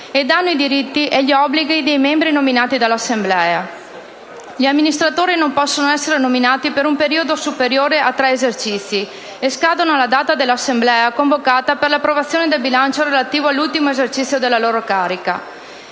ed hanno i diritti e gli obblighi dei membri nominati dall'assemblea. Gli amministratori non possono inoltre essere nominati per un periodo superiore a tre esercizi e scadono alla data dell'assemblea convocata per l'approvazione del bilancio relativo all'ultimo esercizio della loro carica.